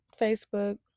Facebook